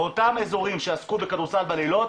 באותם אזורים שעסקו בכדורסל בלילות,